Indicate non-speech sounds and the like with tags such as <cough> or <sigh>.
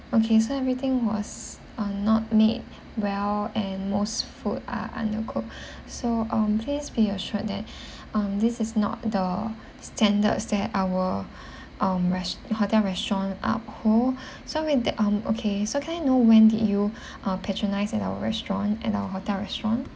okay so everything was uh not made well and most food are undercooked <breath> so um please be assured that <breath> um this is not the standards that our <breath> um rest~ hotel restaurant uphold <breath> so with the um okay so can I know when did you uh patronise at our restaurant at our hotel restaurant